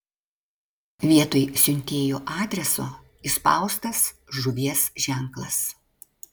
vietoj siuntėjo adreso įspaustas žuvies ženklas